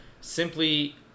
simply